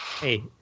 Hey